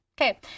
Okay